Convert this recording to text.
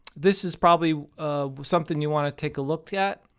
this is probably something you want to take a look yeah at.